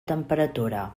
temperatura